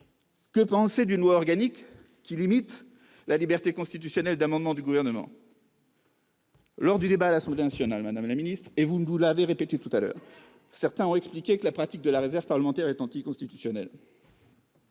Que penser d'une loi organique qui limite la liberté constitutionnelle d'amendement du Gouvernement ? Lors du débat à l'Assemblée nationale, madame la garde des sceaux- vous l'avez souligné tout à l'heure -, certains ont expliqué que la pratique de la réserve parlementaire était anticonstitutionnelle.